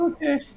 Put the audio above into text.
Okay